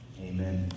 Amen